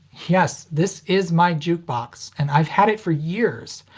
yes. this is my jukebox, and i've had it for years.